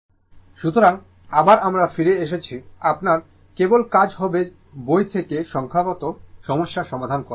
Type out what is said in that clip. single phase AC circuits continued সুতরাং আবার আমরা ফিরে এসেছি আপনার কেবল কাজ হবে বই থেকে সংখ্যাগত সমস্যার সমাধান করা